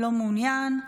לא מעוניין,